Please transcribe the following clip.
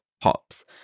Pops